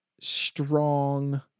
strong